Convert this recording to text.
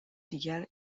دیگر